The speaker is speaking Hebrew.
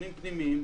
פתוחה,